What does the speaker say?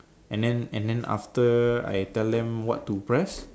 and then and then after I tell them what to press